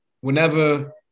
whenever